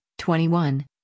21